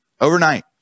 overnight